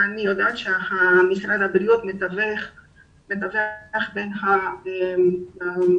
אני יודעת שמשרד הבריאות מתווך בין הגורמים